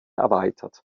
erweitert